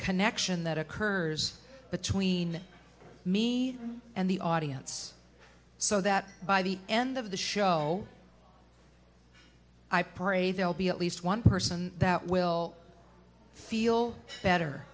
connection that occurs between me and the audience so that by the end of the show i pray they'll be at least one person that will feel